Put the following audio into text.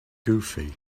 goofy